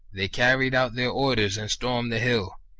they carried out their orders and stormed the hill.